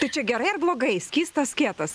tai čia gerai ar blogai skystas kietas